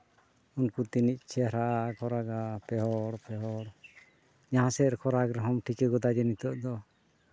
ᱩᱱᱠᱩ ᱛᱤᱱᱟᱹᱜ ᱪᱮᱦᱨᱟ ᱠᱚ ᱨᱟᱜᱟ ᱯᱮᱦᱚᱲ ᱯᱮᱦᱚᱲ ᱡᱟᱦᱟᱸ ᱥᱮᱫ ᱨᱮᱠᱚ ᱨᱟᱜ ᱞᱮᱠᱷᱟᱱᱮᱢ ᱴᱷᱤᱠᱟᱹ ᱜᱚᱫᱟ ᱱᱤᱛᱚᱜ ᱫᱚ